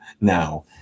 now